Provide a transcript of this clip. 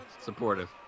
supportive